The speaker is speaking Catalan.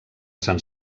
sant